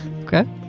Okay